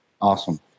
awesome